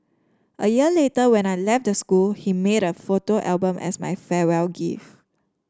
a year later when I left the school he made a photo album as my farewell gift